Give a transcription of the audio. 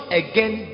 again